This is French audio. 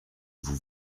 vous